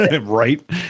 Right